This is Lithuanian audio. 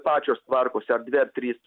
pačios tvarkosi ar dvi ar trys